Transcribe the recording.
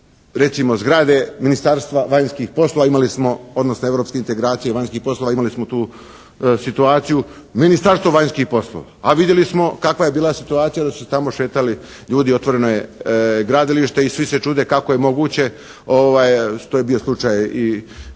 recimo zgrade Ministarstva vanjskih poslova? Imali smo odnosno Europskih integracija i vanjskih poslova, imali smo tu situaciju. Ministarstvo vanjskih poslova. A vidjeli smo kakva je bila situacija da su se tamo šetali ljudi, otvoreno je gradilište. I svi se čude kako je moguće, što je bio slučaj i